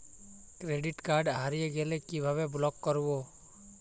Credit card হারিয়ে গেলে কি ভাবে ব্লক করবো?